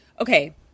Okay